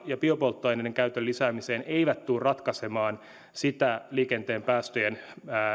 ja biopolttoaineiden käytön lisäämiseen eivät tule ratkaisemaan sitä liikenteen päästöjen